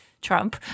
Trump